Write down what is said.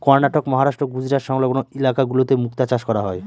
কর্ণাটক, মহারাষ্ট্র, গুজরাট সংলগ্ন ইলাকা গুলোতে মুক্তা চাষ করা হয়